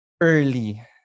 early